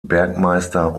bergmeister